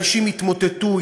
אנשים התמוטטו,